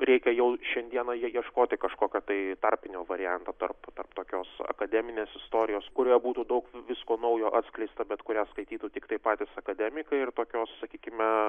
reikia jau šiandieną ieškoti kažkokio tai tarpinio varianto tarp tarp tokios akademinės istorijos kuria būtų daug visko naujo atskleista bet kurią skaitytų tiktai patys akademikai ir tokios sakykime